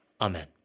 Amen